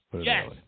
yes